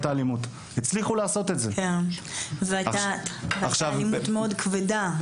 זו היתה אלימות מאוד כבדה.